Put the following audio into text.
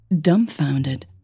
dumbfounded